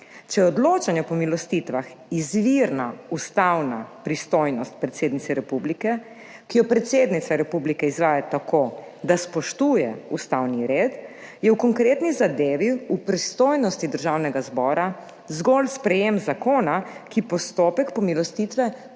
Če je odločanje o pomilostitvah izvirna ustavna pristojnost predsednice republike, ki jo predsednica republike izvaja tako, da spoštuje ustavni red, je v konkretni zadevi v pristojnosti Državnega zbora zgolj sprejem zakona, ki postopek pomilostitve